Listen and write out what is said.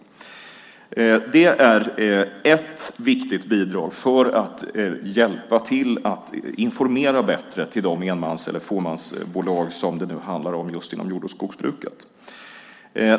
Det är ett viktigt bidrag för att informera bättre till de enmans eller fåmansföretag som det handlar om inom jord och skogsbruket.